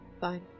Fine